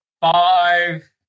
Five